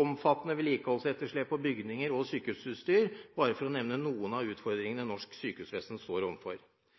omfattende vedlikeholdsetterslep på bygninger og sykehusutstyr er – bare for å nevne noen – utfordringer norsk sykehusvesen står